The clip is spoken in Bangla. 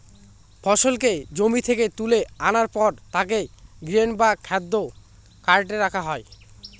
ফসলকে জমি থেকে তুলে আনার পর তাকে গ্রেন বা খাদ্য কার্টে রাখা হয়